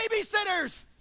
babysitters